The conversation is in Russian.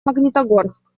магнитогорск